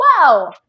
wow